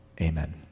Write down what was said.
amen